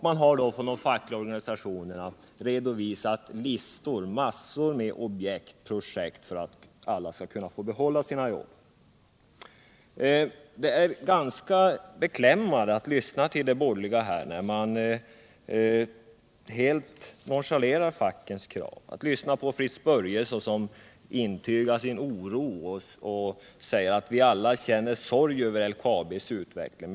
Man har från de fackliga organisationerna redovisat listor med massor av objekt och projekt för att alla skall kunna behålla sina jobb. Det är ganska beklämmande att lyssna till de borgerliga när de helt nonchalerar fackets krav, att lyssna till Fritz Börjesson som intygar sin oro och säger att vi alla känner sorg över LKAB:s utveckling.